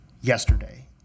yesterday